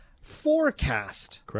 forecast